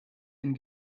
ein